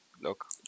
Look